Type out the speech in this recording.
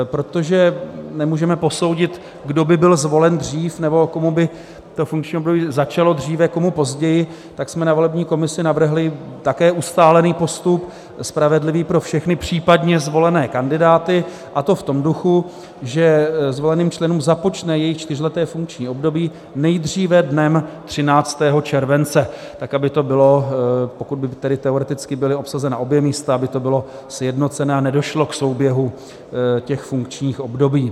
Protože nemůžeme posoudit, kdo by byl zvolen dřív nebo komu by to funkční období začalo dříve a komu později, tak jsme na volební komisi navrhli také ustálený postup, spravedlivý pro všechny případně zvolené kandidáty, a to v tom duchu, že zvoleným členům započne jejich čtyřleté funkční období nejdříve dnem 13. července, tak aby to bylo, pokud by teoreticky byla obsazena obě místa, sjednoceno a nedošlo k souběhu těch funkčních období.